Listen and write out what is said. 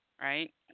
Right